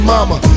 Mama